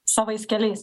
savais keliais